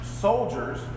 soldiers